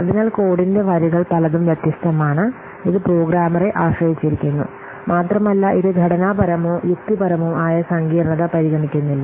അതിനാൽ കോഡിന്റെ വരികൾ പലതും വ്യത്യസ്തമാണ് ഇത് പ്രോഗ്രാമറെ ആശ്രയിച്ചിരിക്കുന്നു മാത്രമല്ല ഇത് ഘടനാപരമോ യുക്തിപരമോ ആയ സങ്കീർണ്ണത പരിഗണിക്കുന്നില്ല